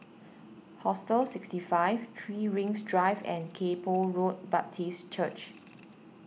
Hostel sixty five three Rings Drive and Kay Poh Road Baptist Church